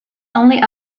only